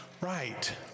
right